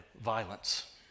violence